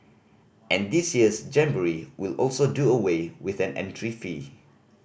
and this year's jamboree will also do away with an entry fee